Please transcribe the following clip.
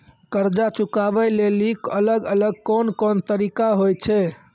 कर्जा चुकाबै लेली अलग अलग कोन कोन तरिका होय छै?